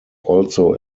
also